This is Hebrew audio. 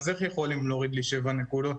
אז איך יכולים להוריד לי שבע נקודות?